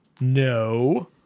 No